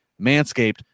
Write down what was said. manscaped